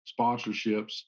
sponsorships